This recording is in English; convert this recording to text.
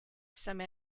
some